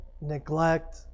neglect